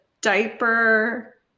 diaper